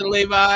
Levi